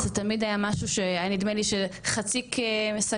זה תמיד היה משהו שהיה נדמה לי שחצי מסקרנות